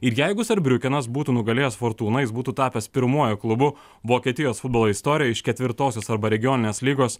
ir jeigu serbriukenas būtų nugalėjęs fortūną jis būtų tapęs pirmuoju klubu vokietijos futbolo istorijoj iš ketvirtosios arba regioninės lygos